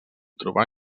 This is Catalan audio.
trobar